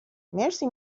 مرسی